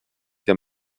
que